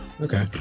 Okay